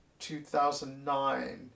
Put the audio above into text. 2009